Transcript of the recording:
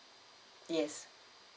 yes